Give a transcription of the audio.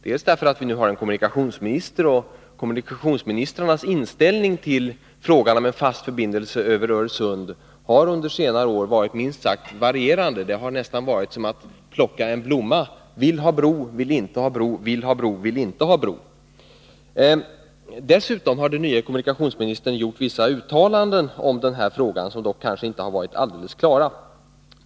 Vi har nu en ny kommunikationsminister, och kommunikationsministrarnas inställning till frågan om en fast förbindelse över Öresund har under senare år varit minst sagt varierande. Det har nästan varit som att plocka en blomma — vill ha bro, vill inte ha bro, vill ha bro, vill inte ha bro. Dessutom har den nye kommunikationsministern gjort vissa uttalanden om den här frågan, som dock kanske inte har varit så klara.